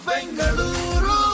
Bengaluru